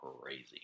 crazy